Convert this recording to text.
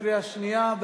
שנייה.